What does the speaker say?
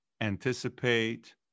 anticipate